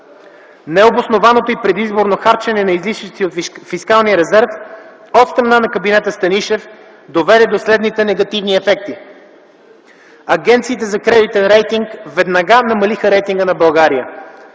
Необоснованото и предизборно харчене на излишъци от фискалния резерв от страна на кабинета Станишев доведе до следните негативни ефекти: – агенциите за кредитен рейтинг веднага намалиха рейтинга на България;